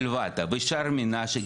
שלוותה ושער מנשה,